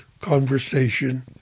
conversation